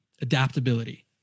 Adaptability